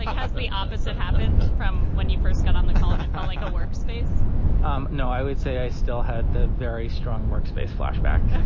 like the opposite happens from when you first got on the like ah workspace um no, i would say i still had the very strong workspace flashback.